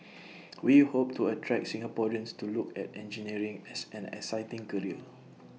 we hope to attract Singaporeans to look at engineering as an exciting career